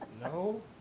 No